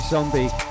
Zombie